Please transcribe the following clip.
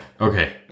Okay